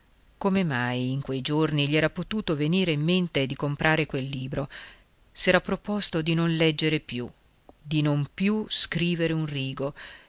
come mai in quei giorni gli era potuto venire in mente di comprare quel libro s'era proposto di non leggere più di non più scrivere un rigo